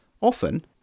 often